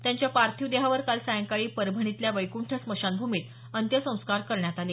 त्यांच्या पार्थिव देहावर काल सायंकाळी परभणीतल्या वैक्ठस्मशानभूमीत अंत्यसंस्कार करण्यात आले